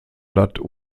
blatt